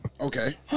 Okay